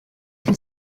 can